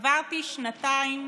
עברתי שנתיים